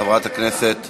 חברת הכנסת